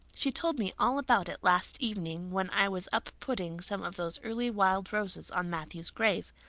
she told me all about it last evening when i was up putting some of those early wild roses on matthew's grave.